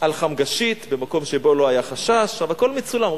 על חמגשית, במקום שבו לא היה חשש, אבל הכול מצולם,